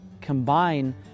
combine